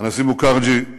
הנשיא מוקהרג'י,